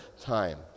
time